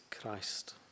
Christ